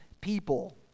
people